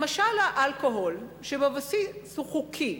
למשל האלכוהול, בבסיס הוא חוקי,